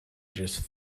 just